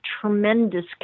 tremendous